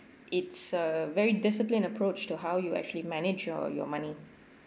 it's a very disciplined approach to how you actually manage your your money